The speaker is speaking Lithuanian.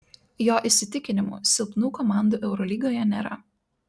jo įsitikinimu silpnų komandų eurolygoje nėra